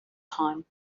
time